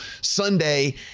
Sunday